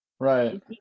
Right